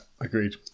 agreed